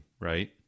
right